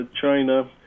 China